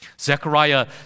Zechariah